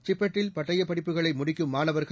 சிப்பெட்டில் பட்டயப் படிப்புகளை முடிக்கும் மாணவர்கள்